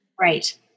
Right